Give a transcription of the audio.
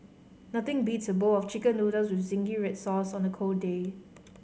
nothing beats a bowl of Chicken Noodles with zingy red sauce on a cold day